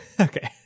okay